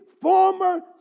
former